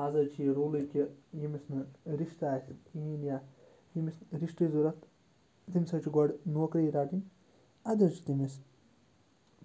آز حظ چھِ یہِ روٗلٕے کہِ ییٚمِس نہٕ رِشتہٕ آسہِ کِہیٖنۍ یا ییٚمِس رِشتٕچ ضوٚرت تٔمِس حظ چھِ گۄڈٕ نوکری رَٹٕنۍ اَدٕ حظ چھِ تٔمِس